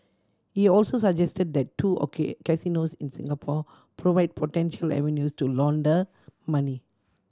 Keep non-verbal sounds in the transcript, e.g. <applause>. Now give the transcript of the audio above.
he also suggested that the two <unintelligible> casinos in Singapore provide potential avenues to launder money